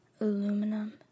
Aluminum